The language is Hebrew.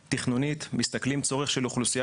תכנונית אנחנו מסתכלים על הצורך של האוכלוסייה